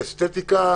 אסתטיקה